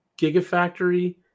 Gigafactory